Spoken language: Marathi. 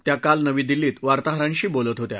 त्या काल नवी दिल्लीत वार्ताहरांशी बोलत होत्या